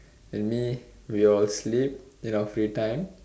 and me we all sleep in our free time